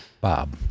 Bob